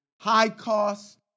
high-cost